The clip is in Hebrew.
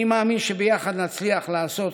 אני מאמין שביחד נצליח לעשות